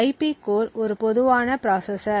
IP core ஒரு பொதுவான processor